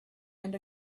and